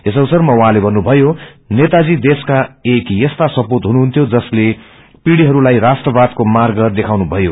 यस अवसरामा उहाँले भन्नुथयो जनेताजी देशक एक यस्ता सपूत हुनुहुन्थ्यो जसले पीढिहरुलाई राष्ट्रवादको ामाप्र देखाउनुथयो